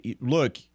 Look